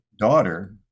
daughter